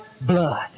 blood